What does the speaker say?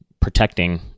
protecting